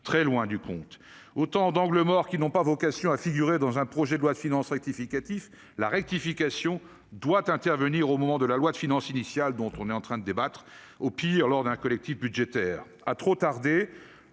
très loin du compte. Autant d'angles morts qui n'ont pas vocation à figurer dans un projet de loi de finances rectificative : la rectification doit intervenir au moment de la loi de finances initiale, dont nous sommes en train de débattre, au pire par la voie d'un collectif budgétaire. À trop tarder,